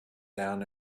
down